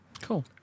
Cool